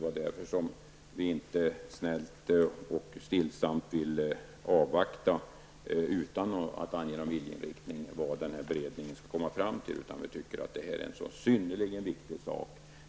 Vi vill inte snällt och stillsamt avvakta utan att ange en viljeinriktning när det gäller det som beredningen skall komma fram till. Det här är en synnerligen viktig fråga.